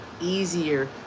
easier